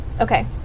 Okay